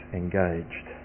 engaged